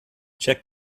check